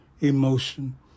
emotion